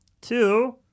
Two